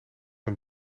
een